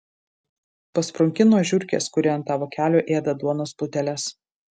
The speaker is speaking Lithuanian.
pasprunki nuo žiurkės kuri ant tavo kelio ėda duonos pluteles